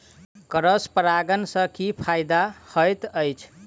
Cross परागण सँ की फायदा हएत अछि?